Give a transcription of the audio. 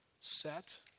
Set